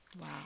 Wow